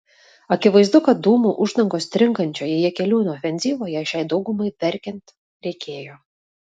akivaizdu kad dūmų uždangos stringančioje jakeliūno ofenzyvoje šiai daugumai verkiant reikėjo